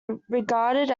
regarded